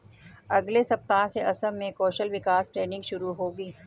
अगले सप्ताह से असम में कौशल विकास ट्रेनिंग शुरू होगी